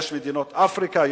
יש מדינות אפריקה,